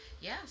Yes